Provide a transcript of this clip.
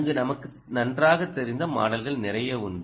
அங்கு நமக்கு நன்றாக தெரிந்த மாடல்கள் நிறைய உண்டு